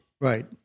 Right